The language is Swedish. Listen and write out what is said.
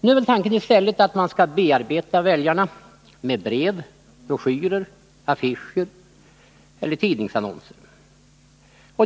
Nu är väl tanken i stället att man skall bearbeta väljaren genom brev, broschyrer, affischer och tidningsannonser.